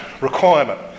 requirement